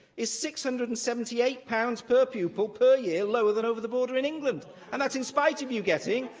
is six hundred and seventy eight pounds per pupil per year lower than over the border in england, and that's in spite of you getting